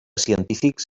científics